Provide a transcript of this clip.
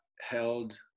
held